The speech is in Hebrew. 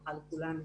הצלחה לכולנו.